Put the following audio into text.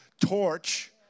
torch